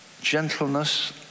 gentleness